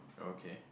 okay